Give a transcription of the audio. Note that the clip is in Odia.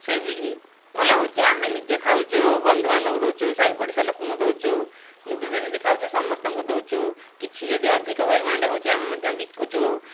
ସେ ବି ଭଲ ହେଉଛି ଆମେ ନିଜେ ଖାଉଛୁ ବନ୍ଧୁବାନ୍ଧବ ଦେଉଛୁ ସାହି ପଡ଼ିଶା ଲୋକଙ୍କୁ ଦେଉଛୁ ନିଜେ ଯେମିତି ଖାଉଛୁ ସମସ୍ତଙ୍କୁ ଦେଉଛୁ କିଛି ଯଦି ଅଧିକ ପରିମାଣରେ ହେଉଛି ଆମେ ମଧ୍ୟ ବିକୁଛୁ